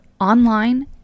online